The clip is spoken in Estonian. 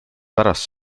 pärast